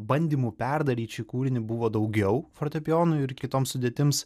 bandymų perdaryt šį kūrinį buvo daugiau fortepijonui ir kitoms sudėtims